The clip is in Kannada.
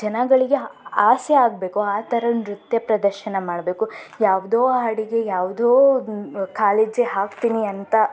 ಜನಗಳಿಗೆ ಆಸೆ ಆಗಬೇಕು ಆ ಥರ ನೃತ್ಯ ಪ್ರದರ್ಶನ ಮಾಡಬೇಕು ಯಾವುದೋ ಹಾಡಿಗೆ ಯಾವುದೋ ಕಾಲೆಜ್ಜೆ ಹಾಕ್ತೀನಿ ಅಂತ